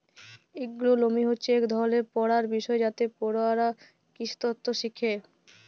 এগ্রোলমি হছে ইক ধরলের পড়ার বিষয় যাতে পড়ুয়ারা কিসিতত্ত শিখে